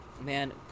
Man